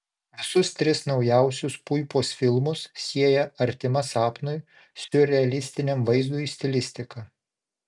visus tris naujausius puipos filmus sieja artima sapnui siurrealistiniam vaizdui stilistika